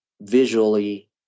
visually